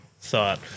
thought